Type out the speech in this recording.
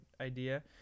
idea